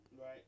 right